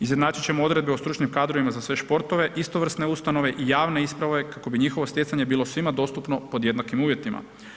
Izjednačit ćemo odredbe o stručnim kadrovima za sve športove, istovrsne ustanove i javne isprave kako bi njihovo stjecanje bilo svima dostupno pod jednakim uvjetima.